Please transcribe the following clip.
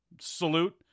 salute